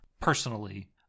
personally